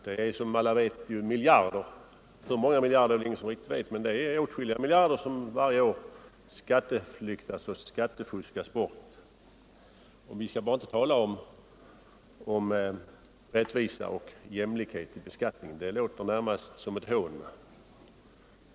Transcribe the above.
Det är ju miljarder — hur många vet vi inte, men det är åtskilliga miljarder — som varje år skatteflyktas och skattefuskas bort. Vi skall bara inte tala om rättvisa och jämlikhet i beskattningen; det låter närmast som ett hån.